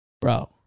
Bro